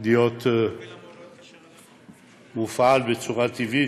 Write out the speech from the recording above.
להיות מופעל בצורה טבעית,